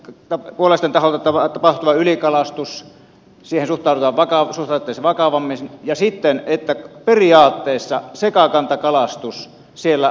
tämä ole sentään ovat puolalaisten taholta tapahtuvaan ylikalastukseen suhtauduttaisiin vakavammin ja sitten että periaatteessa sekakantakalastus siellä lopetetaan